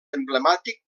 emblemàtic